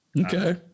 Okay